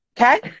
Okay